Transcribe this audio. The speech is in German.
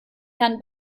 herrn